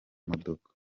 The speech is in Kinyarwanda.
modoka